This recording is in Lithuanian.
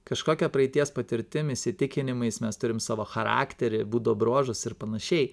kažkokia praeities patirtim įsitikinimais mes turim savo charakterį būdo bruožus ir panašiai